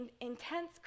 intense